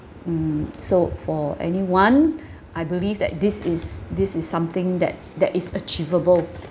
mm so for any one I believe that this is this is something that that is achievable